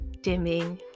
dimming